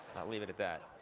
i'll leave it at that.